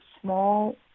small